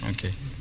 Okay